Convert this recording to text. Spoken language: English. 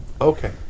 Okay